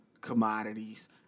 commodities